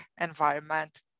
environment